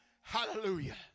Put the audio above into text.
Hallelujah